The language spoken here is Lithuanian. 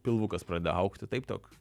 pilvukas pradeda augti taip tok